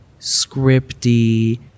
scripty